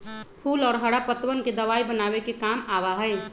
फूल और हरा पत्तवन के दवाई बनावे के काम आवा हई